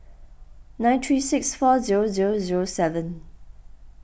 nine three six four zero zero zero seven